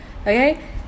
Okay